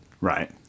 Right